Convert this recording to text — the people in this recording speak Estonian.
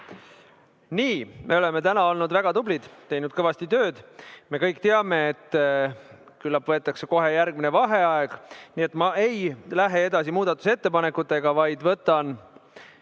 Nii, me oleme täna olnud väga tublid, teinud kõvasti tööd. Me kõik teame, et küllap võetakse kohe järgmine vaheaeg, nii et ma ei lähe muudatusettepanekutega edasi, vaid võtan